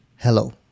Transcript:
hello